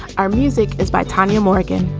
our music is by tanya morgan